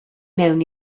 mewn